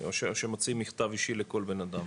או שמוציאים מכתב לכל בנאדם?